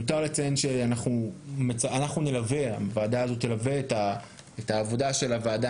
מיותר לציין שהוועדה הזאת תלווה את עבודת הוועדה